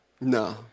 No